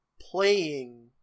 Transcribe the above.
playing